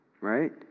right